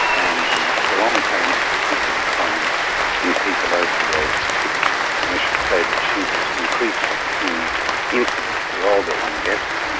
and the prolonged pain is particularly common in people over the age of sixty. i should say that shingles increases in incidence the older one gets,